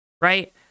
right